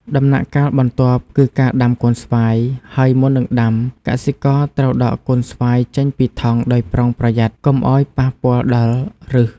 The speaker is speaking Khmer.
ដំណាក់កាលបន្ទាប់គឺការដាំកូនស្វាយ ហើយមុននឹងដាំ កសិករត្រូវដកកូនស្វាយចេញពីថង់ដោយប្រុងប្រយ័ត្ន កុំឲ្យប៉ះពាល់ដល់ឫស។